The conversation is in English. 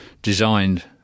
Designed